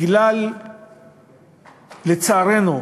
לצערנו,